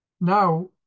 Now